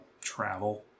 travel